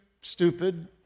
stupid